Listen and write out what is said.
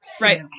right